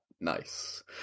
nice